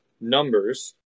Numbers